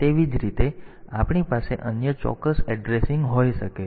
તેવી જ રીતે આપણી પાસે અન્ય ચોક્કસ એડ્રેસિંગ હોઈ શકે છે